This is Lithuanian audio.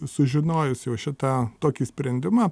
sužinojus jau šitą tokį sprendimą